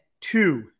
two